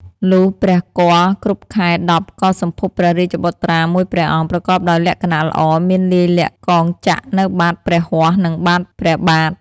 លុះព្រះគភ៌គ្រប់ ខែ ១០ ក៏សម្ភពព្រះរាជបុត្រា ១ ព្រះអង្គ ប្រកបដោយលក្ខណៈល្អ មានលាយលក្ខណ៍កងចក្រនៅបាតព្រះហស្តនិងបាតព្រះបាទ ។